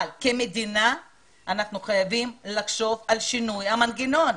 אבל כמדינה אנו חייבים לחשוב על שינוי המנגנון.